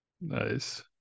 nice